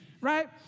right